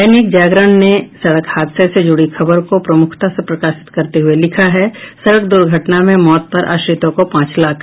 दैनिक जागरण ने सड़क हादसे से जुड़ी खबर को प्रमुखता से प्रकाशित करते हुये लिखा है सड़क दुर्घटना में मौत पर आश्रितों को पांच लाख